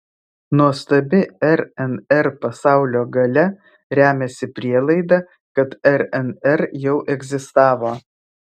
nuostabi rnr pasaulio galia remiasi prielaida kad rnr jau egzistavo